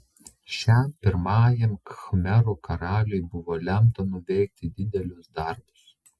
šiam pirmajam khmerų karaliui buvo lemta nuveikti didelius darbus